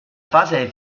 fase